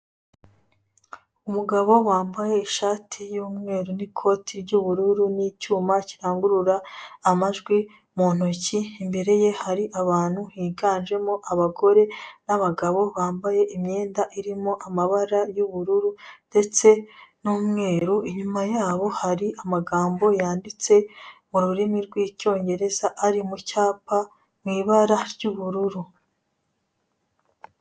Umugabo wambaye ishati y'umweru n'ikoti ry'ubururu n'icyuma kirangurura amajwi mu ntoki, imnbere ye hari abantu hinjemo abagore n'abagabo bambaaye imyenda irimo amabara y'ubururu, ndetse n'umweru, inyuma yabo hari amagambo yanditse mu rurimi rw'Icyongereza ari mu cyapa mu ibara ry'ubururu.